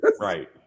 Right